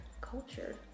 culture